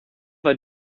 war